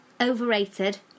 Overrated